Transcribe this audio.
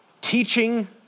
Teaching